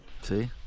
See